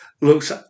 looks